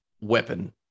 weapon